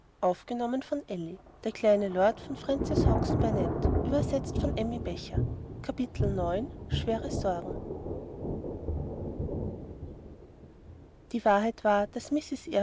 die wahrheit war daß